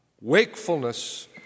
Wakefulness